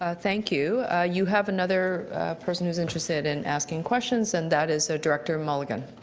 ah thank you. you have another person who's interested in asking questions and that is so director mulligan.